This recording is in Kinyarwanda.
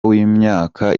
w’imyaka